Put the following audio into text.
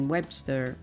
Webster